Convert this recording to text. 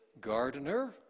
gardener